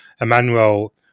Emmanuel